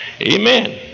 amen